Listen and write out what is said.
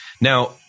Now